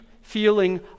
feeling